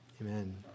Amen